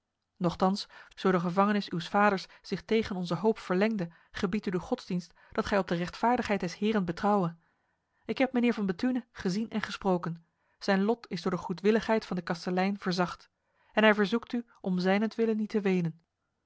nochtans zo de gevangenis uws vaders zich tegen onze hoop verlengde gebiedt u de godsdienst dat gij op de rechtvaardigheid des heren betrouwe ik heb mijnheer van bethune gezien en gesproken zijn lot is door de goedwilligheid van de kastelein verzacht en hij verzoekt u om zijnentwille niet te wenen